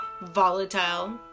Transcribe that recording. volatile